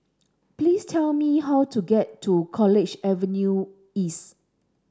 please tell me how to get to College Avenue East